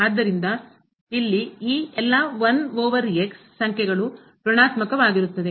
ಆದ್ದರಿಂದ ಇಲ್ಲಿ ಈ ಎಲ್ಲ 1 ಓವರ್ ಸಂಖ್ಯೆಗಳು ಋಣಾತ್ಮಕ ವಾಗಿರುತ್ತದೆ